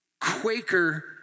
Quaker